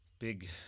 Big